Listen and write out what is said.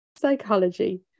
psychology